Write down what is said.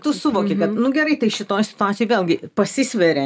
tu suvoki kad nu gerai tai šitoj situacijoj vėlgi pasisveri